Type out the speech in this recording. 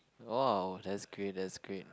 oh that's great that's great